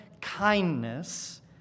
kindness